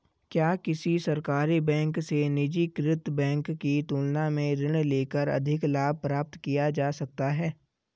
क्या किसी सरकारी बैंक से निजीकृत बैंक की तुलना में ऋण लेकर अधिक लाभ प्राप्त किया जा सकता है?